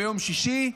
ביום שישי.